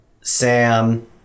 Sam